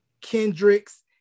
Kendricks